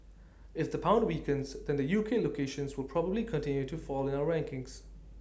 if the pound weakens then the U K locations will probably continue to fall in our rankings